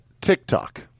TikTok